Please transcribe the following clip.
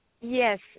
Yes